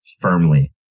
firmly